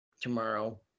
tomorrow